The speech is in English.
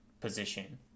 position